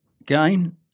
Again